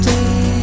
Day